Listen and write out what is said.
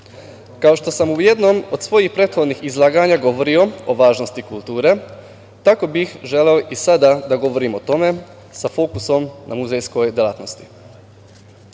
što sam u jednom od svojih prethodnih izlaganja govorio o važnosti kulture, tako bih želeo i sada da govorim o tome sa fokusom na muzejskoj delatnosti. Zajedničko